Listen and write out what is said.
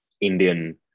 Indian